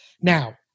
Now